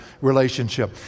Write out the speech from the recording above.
relationship